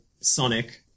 sonic